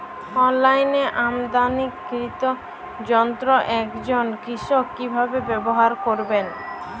অনলাইনে আমদানীকৃত যন্ত্র একজন কৃষক কিভাবে ব্যবহার করবেন?